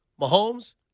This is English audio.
Mahomes